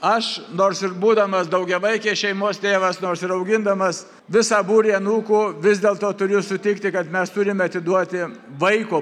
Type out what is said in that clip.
aš nors ir būdamas daugiavaikės šeimos tėvas nors ir augindamas visą būrį anūkų vis dėlto turiu sutikti kad mes turime atiduoti vaiko